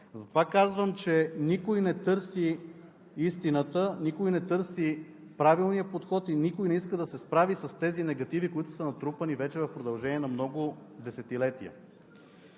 Затова казвам, че никой не търси истината, никой не търси правилния подход и никой не иска да се справи с тези негативи, които са натрупани вече в продължение на много десетилетия.